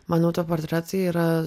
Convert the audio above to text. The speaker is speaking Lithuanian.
man autoportretai yra